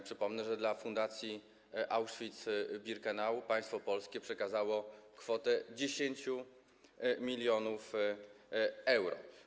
Przypomnę, że dla Fundacji Auschwitz-Birkenau państwo polskie przekazało kwotę 10 mln euro.